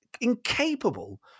incapable